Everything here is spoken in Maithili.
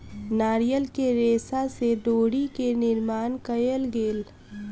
नारियल के रेशा से डोरी के निर्माण कयल गेल